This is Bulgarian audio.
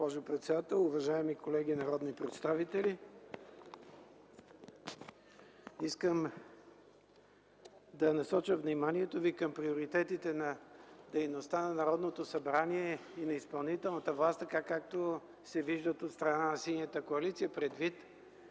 госпожо председател. Уважаеми колеги народни представители, искам да насоча вниманието Ви към приоритетите на дейността на Народното събрание и на изпълнителната власт, така както се виждат от страна на Синята коалиция, предвид